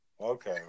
Okay